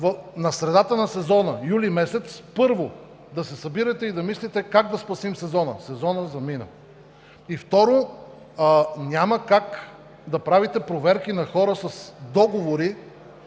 в средата на сезона – през месец юли, първо, да се събирате и да мислите как да спасим сезона. Сезонът замина! Второ, няма как да правите проверки на хора с договори